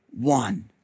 one